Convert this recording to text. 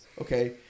Okay